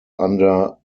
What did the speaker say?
under